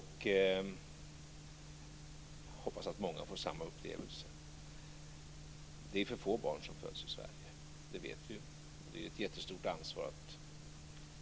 Jag hoppas att många får samma upplevelse. Det föds för få barn i Sverige; det vet vi. Att bli förälder är ett jättestort ansvar.